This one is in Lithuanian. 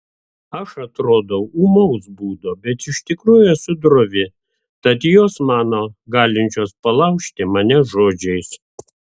aš atrodau ūmaus būdo bet iš tikrųjų esu drovi tad jos mano galinčios palaužti mane žodžiais